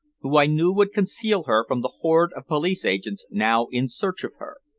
whom i knew would conceal her from the horde of police-agents now in search of her.